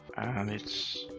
um its.